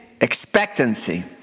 expectancy